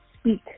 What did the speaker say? speak